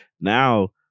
Now